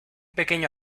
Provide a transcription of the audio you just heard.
pequeño